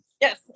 Yes